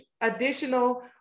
additional